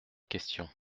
questions